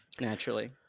naturally